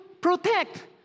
protect